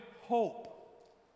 hope